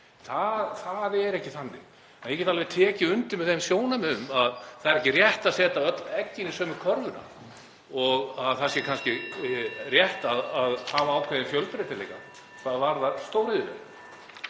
Það er ekki þannig. En ég get alveg tekið undir þau sjónarmið að það er ekki rétt að setja öll eggin í sömu körfuna og það sé kannski rétt að hafa ákveðinn fjölbreytileika hvað varðar stóriðjuver.